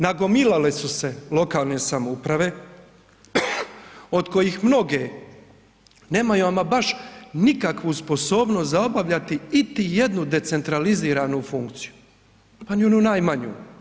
Nagomilale su se lokalne samouprave od kojih mnoge nemaju ama baš nikakvu sposobnost za obavljati iti jednu decentraliziranu funkciju pa ni onu najmanju.